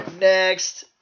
next